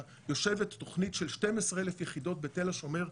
יושבת תוכנית של 12,000 יחידות בתל השומר,